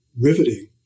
riveting